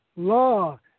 law